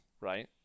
right